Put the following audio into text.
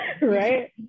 Right